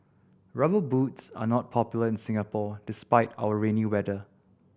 Rubber Boots are not popular in Singapore despite our rainy weather